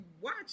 watch